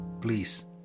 please